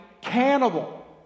cannibal